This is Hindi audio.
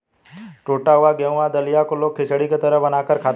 टुटा हुआ गेहूं या दलिया को लोग खिचड़ी की तरह बनाकर खाते है